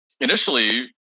initially